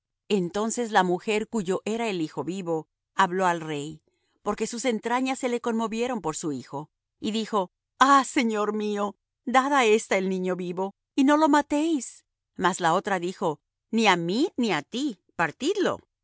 entonces la mujer cuyo era el hijo vivo habló al rey porque sus entrañas se le conmovieron por su hijo y dijo ah señor mío dad á ésta el niño vivo y no lo matéis mas la otra dijo ni á mí ni á ti partidlo